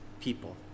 people